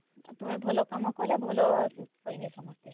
ଆଉ ତମେ ଭଲ କାମ କଲେ ଭଲ କହିବେ ସମସ୍ତେ